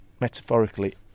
metaphorically